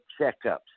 checkups